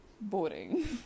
boring